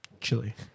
Chili